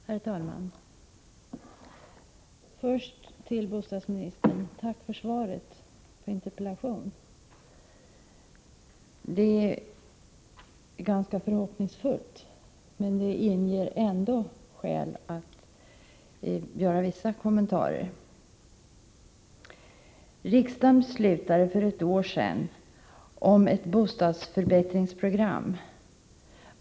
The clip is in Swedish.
Herr talman! Först till bostadsministern: Tack för svaret på interpellationen. Det är ganska förhoppningsfullt, men det finns ändå skäl att göra vissa kommentarer. Riksdagen beslutade för ett år sedan om ett bostadsförbättringsprogram.